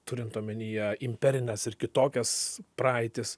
turint omenyje imperines ir kitokias praeitis